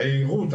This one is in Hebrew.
היהירות,